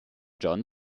jon